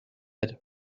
had